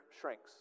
shrinks